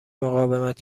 مقاومت